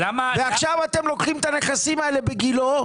ועכשיו אתם לוקחים את הנכסים האלה בגילו,